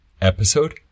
episode